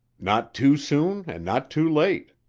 not too soon and not too late.